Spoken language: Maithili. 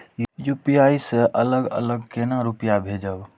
यू.पी.आई से अलग अलग केना रुपया भेजब